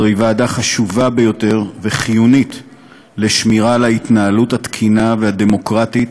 זוהי ועדה חשובה ביותר וחיונית לשמירה על ההתנהלות התקינה והדמוקרטית